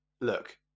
look